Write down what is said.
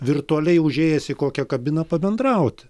virtualiai užėjęs į kokią kabiną pabendrauti